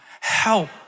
Help